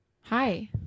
hi